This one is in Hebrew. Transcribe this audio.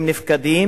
הם נפקדים,